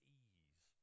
ease